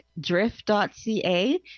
drift.ca